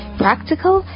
practical